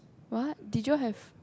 what did you all have